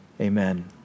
amen